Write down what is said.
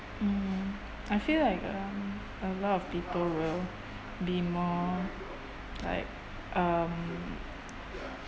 mm I feel like um a lot of people will be more like um